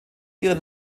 ihr